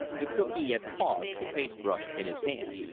the cookee had paused, the paste brush in his hand.